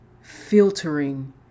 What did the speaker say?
filtering